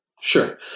sure